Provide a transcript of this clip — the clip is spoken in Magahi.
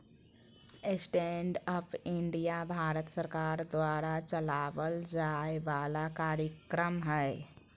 स्टैण्ड अप इंडिया भारत सरकार द्वारा चलावल जाय वाला कार्यक्रम हय